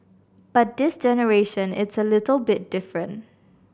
but this generation it's a little bit different